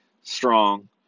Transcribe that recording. strong